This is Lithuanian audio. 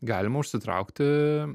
galima užsitraukti